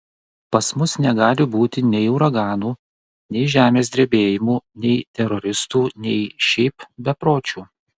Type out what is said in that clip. pas mus negali būti nei uraganų nei žemės drebėjimų nei teroristų nei šiaip bepročių